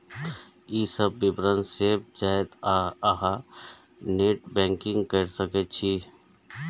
ई सब विवरण सेव भए जायत आ अहां नेट बैंकिंग कैर सकै छी